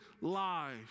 life